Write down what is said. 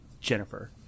Jennifer